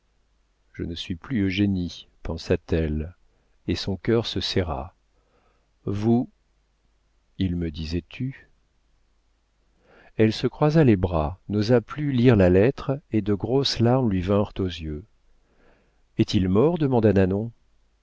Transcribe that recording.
je ne suis plus eugénie pensa-t-elle et son cœur se serra vous il me disait tu elle se croisa les bras n'osa plus lire la lettre et de grosses larmes lui vinrent aux yeux est-il mort demanda nanon